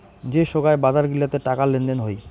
যে সোগায় বাজার গিলাতে টাকা লেনদেন হই